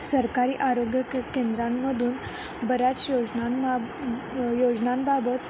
सरकारी आरोग्य के केंद्रांमधून बऱ्याच योजनांबा योजनांबाबत